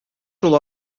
шул